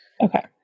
Okay